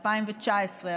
2019,